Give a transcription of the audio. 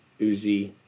Uzi